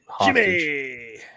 Jimmy